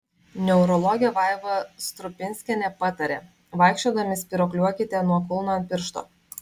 neurologė vaiva strupinskienė patarė vaikščiodami spyruokliuokite nuo kulno ant piršto